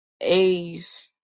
A's